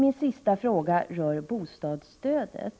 Min sista fråga i detta sammanhang rör bostadsstödet.